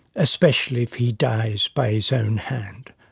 especially if he dies by his own hand.